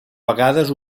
vegades